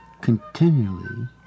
continually